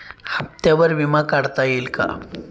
हप्त्यांवर विमा काढता येईल का?